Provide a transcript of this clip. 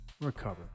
recover